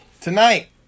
tonight